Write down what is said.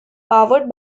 powered